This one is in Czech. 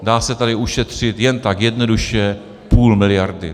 Dá se tady ušetřit jen tak jednoduše půl miliardy.